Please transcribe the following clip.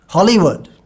Hollywood